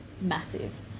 massive